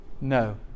No